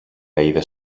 είδες